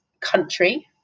country